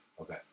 Okay